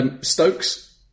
Stokes